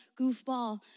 goofball